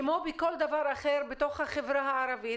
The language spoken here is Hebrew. כמו בכל דבר אחר בתוך החברה הערבית,